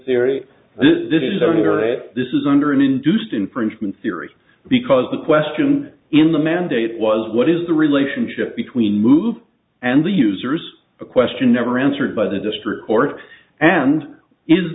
only or this is under an induced infringement theory because the question in the mandate was what is the relationship between move and the users a question never answered by the district court and is